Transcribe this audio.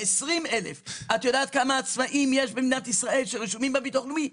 20,000. את יודעת כמה עצמאים יש במדינת ישראל שרשומים בביטוח הלאומי?